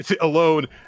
alone